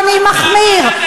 זה לא נכון מה שאת אומרת.